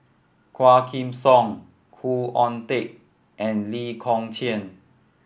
Quah Kim Song Khoo Oon Teik and Lee Kong Chian